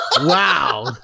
Wow